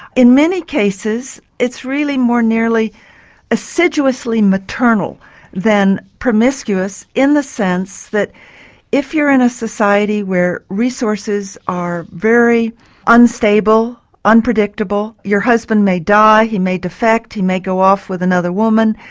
in many cases it's really more nearly assiduously maternal than promiscuous, in the sense that if you're in a society where resources are very unstable, unpredictable, your husband may die, he may defect, he may go off with another woman,